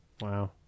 Wow